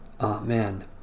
Amen